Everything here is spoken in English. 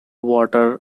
water